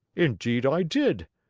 indeed i did!